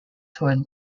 soil